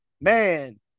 Man